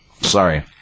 Sorry